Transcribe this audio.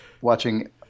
Watching